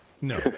no